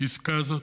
העסקה הזאת?